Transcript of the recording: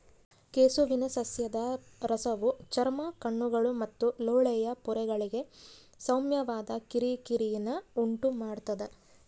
ಕೆಸುವಿನ ಸಸ್ಯದ ರಸವು ಚರ್ಮ ಕಣ್ಣುಗಳು ಮತ್ತು ಲೋಳೆಯ ಪೊರೆಗಳಿಗೆ ಸೌಮ್ಯವಾದ ಕಿರಿಕಿರಿನ ಉಂಟುಮಾಡ್ತದ